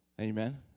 Amen